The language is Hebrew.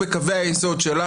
בקווי היסוד שלה,